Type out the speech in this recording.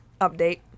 update